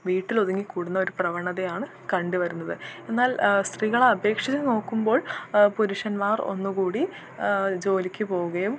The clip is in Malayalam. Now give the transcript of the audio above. വീട്ടിലൊതുങ്ങി ക്കൂടുന്ന ഒരു പ്രവണതയാണ് കണ്ടു വരുന്നത് എന്നാൽ സ്ത്രീകളപേക്ഷിച്ച് നോക്കുമ്പോൾ പുരുഷന്മാർ ഒന്നുകൂടി ജോലിക്ക് പോകുകയും